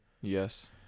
Yes